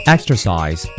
Exercise